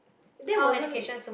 that wasn't